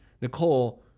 nicole